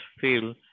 feel